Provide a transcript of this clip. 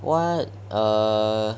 what err